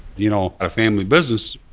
you know, a family business,